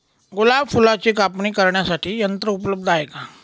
गुलाब फुलाची कापणी करण्यासाठी यंत्र उपलब्ध आहे का?